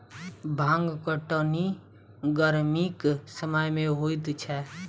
भांग कटनी गरमीक समय मे होइत छै